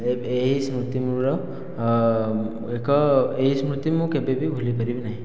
ଏହି ସ୍ମୃତି ମୋର ଏକ ଏହି ସ୍ମୃତି ମୁଁ କେବେ ବି ଭୁଲିପାରିବି ନାହିଁ